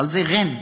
אבל זה רי"ן,